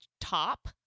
top